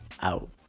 Out